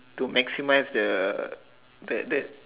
to maximize the that that